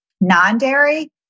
Non-dairy